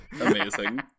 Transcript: amazing